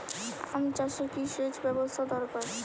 আম চাষে কি সেচ ব্যবস্থা দরকার?